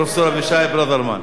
פרופסור אבישי ברוורמן.